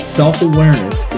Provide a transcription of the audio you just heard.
self-awareness